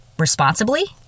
responsibly